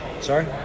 Sorry